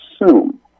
assume